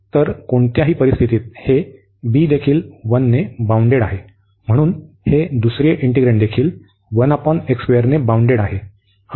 तर कोणत्याही परिस्थितीत हे b देखील 1 ने बाउंडेड आहे म्हणून हे दुसरे इंटिग्रॅण्डदेखील ने बाउंडेड आहे